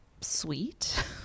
sweet